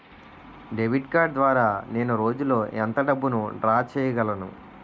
Debit card ద్వారా నేను రోజు లో ఎంత డబ్బును డ్రా చేయగలను?